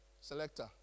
Selector